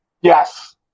Yes